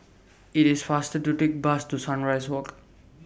IT IS faster to Take Bus to Sunrise Walk